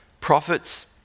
Prophets